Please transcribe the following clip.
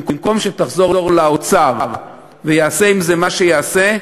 במקום שהיא תחזור לאוצר וייעשה עם זה מה שייעשה,